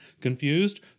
Confused